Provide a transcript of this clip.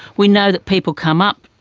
we know that people come up,